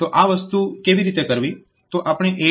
તો આ વસ્તુ કેવી રીતે કરવી